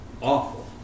awful